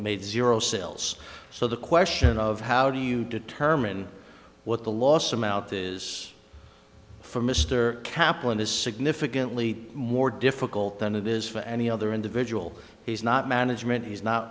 made zero sales so the question of how do you determine what the loss of mouth is for mr kaplan is significantly more difficult than it is for any other individual he's not management he's not